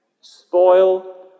spoil